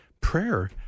prayer